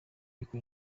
y’uko